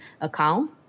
account